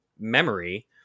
memory